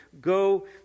go